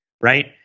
right